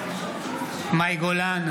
נגד מאי גולן,